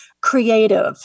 creative